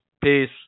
peace